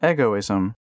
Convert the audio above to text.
Egoism